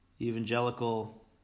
evangelical